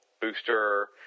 Booster